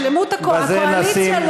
שלמות הקואליציה?